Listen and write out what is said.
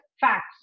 facts